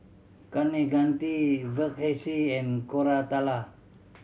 Kaneganti Verghese and Koratala